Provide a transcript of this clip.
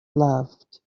loved